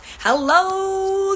hello